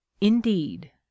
indeed